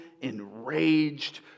enraged